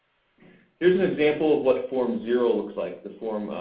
here's an example of what form zero looks like. the form,